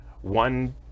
one